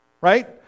Right